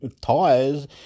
tires